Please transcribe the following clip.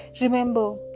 Remember